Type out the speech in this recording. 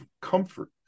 comfort